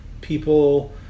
people